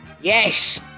Yes